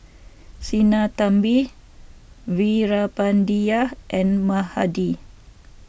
Sinnathamby Veerapandiya and Mahade